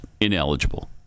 ineligible